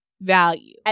value